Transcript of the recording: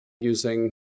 using